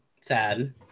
sad